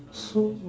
so